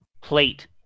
plate